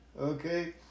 Okay